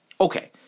Okay